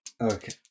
Okay